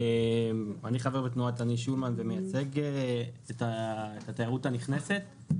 אני חבר בתנועת אני שולמן ומייצג את התיירות הנכנסת.